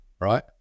right